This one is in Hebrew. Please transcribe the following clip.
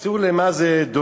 אז תראו למה זה דומה,